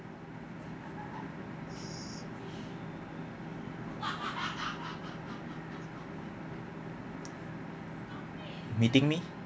meeting me